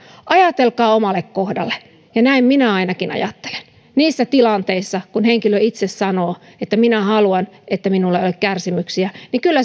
ajatelkaa omalle kohdalle ja näin minä ainakin ajattelen niissä tilanteissa kun henkilö itse sanoo että minä haluan että minulla ei ole kärsimyksiä